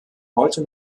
heute